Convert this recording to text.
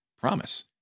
promise